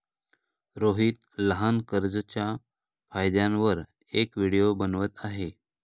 रोहित लहान कर्जच्या फायद्यांवर एक व्हिडिओ बनवत आहे